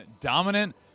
dominant